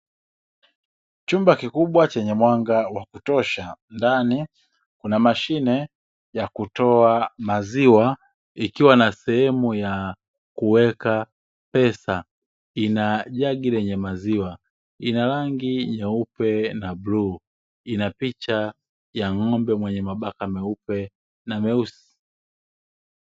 Chumba kikubwa chenye mwanga wa kutosha, ndani kuna mashine ya kutoa maziwa, ikiwa na sehemu ya kuweka pesa, ina jagi lenye maziwa, ina rangi nyeupe na bluu, ina picha ya ng’ombe mwenye mabaka meupe na meusi.